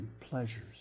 pleasures